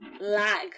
lag